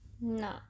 No